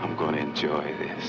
i'm going to enjoy it